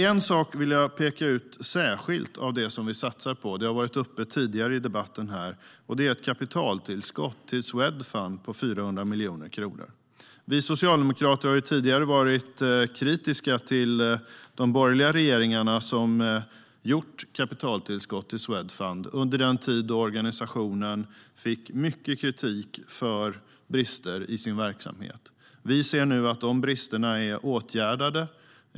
En sak vill jag särskilt peka ut av det vi satsar på, som har varit uppe tidigare i debatten här, och det är ett kapitaltillskott till Swedfund på 400 miljoner kronor. Vi socialdemokrater har ju tidigare varit kritiska till de borgerliga regeringarna som gjorde kapitaltillskott till Swedfund under den tid då organisationen fick mycket kritik för brister i sin verksamhet. Vi ser nu att dessa brister är åtgärdade.